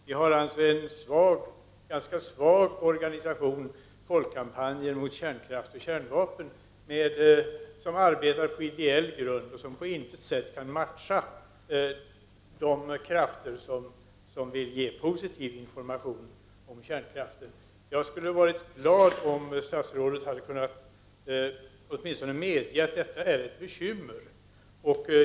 De har en ganska svag organisation — Folkkampanjen mot kärnkraft och kärnvapen, som arbetar på ideell grund och som på intet sätt kan matcha de krafter som vill ge positiv information om kärnkraften. Jag skulle ha varit glad om statsrådet åtminstone kunnat medge att detta är ett bekymmer.